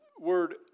word